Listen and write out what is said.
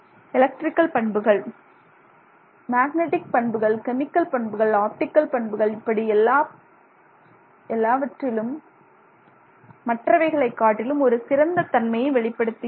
electrical பண்புகள் magnetic பண்புகள் chemical பண்புகள் ஆப்டிகல் பண்புகள் இப்படி எல்லாவற்றிலும் மற்றவைகளைக் காட்டிலும் ஒரு சிறந்த தன்மையை வெளிப்படுத்துகிறது